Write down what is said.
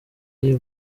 iy’i